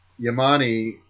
Yamani